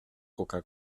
coca